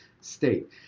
state